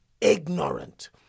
ignorant